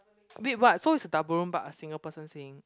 wait what so it's a double room but a single person staying